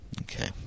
Okay